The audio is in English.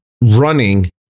running